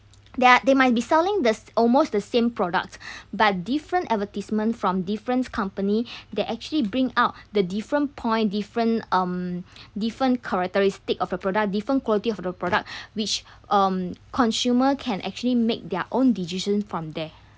they are they might be selling this almost the same product but different advertisement from different company they actually bring out the different point different um different characteristics of a product different quality of the product which um consumer can actually make their own decision from there